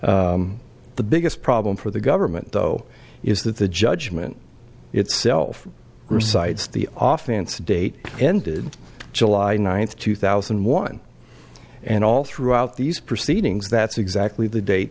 that the biggest problem for the government though is that the judgment itself recites the off chance date ended july ninth two thousand and one and all throughout these proceedings that's exactly the date